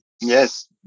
Yes